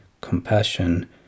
compassion